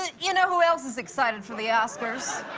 and you know who else is excited for the oscars?